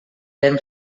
ben